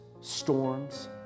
storms